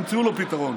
ימצאו לו פתרון.